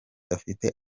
bafite